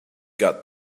got